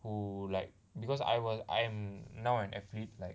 who like because I was I'm now an athlete like